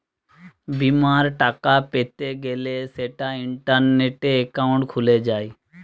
বিমার টাকা পেতে গ্যলে সেটা ইন্টারনেটে একাউন্ট খুলে যায়